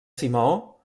simeó